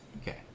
okay